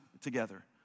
together